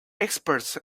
experts